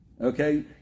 Okay